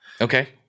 Okay